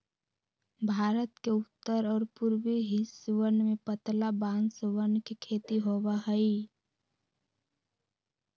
भारत के उत्तर और पूर्वी हिस्सवन में पतला बांसवन के खेती होबा हई